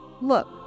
Look